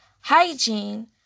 hygiene